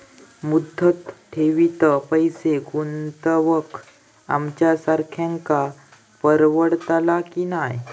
मुदत ठेवीत पैसे गुंतवक आमच्यासारख्यांका परवडतला की नाय?